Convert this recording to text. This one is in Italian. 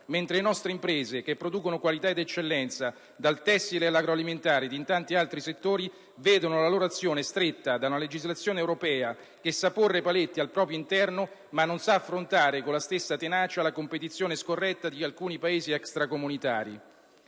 mentre le nostre imprese, che producono qualità ed eccellenza dal tessile all'agroalimentare, a tanti altri settori, vedono la loro azione stretta da un legislazione europea che sa porre paletti al proprio interno, ma non sa affrontare con la stessa tenacia la competizione scorretta di alcuni Paesi extracomunitari.